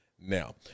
now